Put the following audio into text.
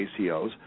ACOs